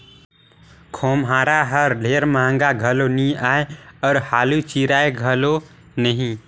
खोम्हरा हर ढेर महगा घलो नी आए अउ हालु चिराए घलो नही